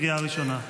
קריאה ראשונה.